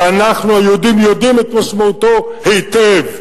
שאנחנו היהודים יודעים את משמעותו היטב.